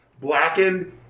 Blackened